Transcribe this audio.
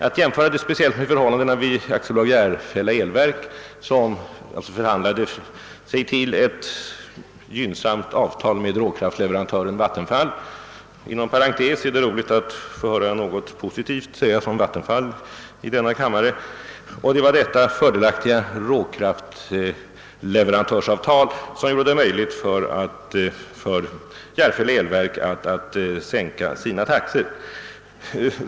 Herr Franzén gjorde en jämförelse med förhållandena för AB Järfälla elverk, som förhandlat sig till ett gynnsamt avtal med råkraftleverantören Vattenfall — det är inom parentes sagt roligt att få höra något positivt om Vattenfall i denna kammare — och det var detta avtal som gjorde det möjligt för AB Järfälla elverk att sänka sina taxor.